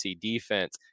defense